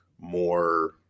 more